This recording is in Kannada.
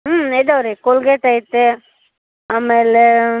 ಹ್ಞೂ ಇದಾವೆ ರೀ ಕೋಲ್ಗೇಟ್ ಐತೆ ಆಮೇಲೆ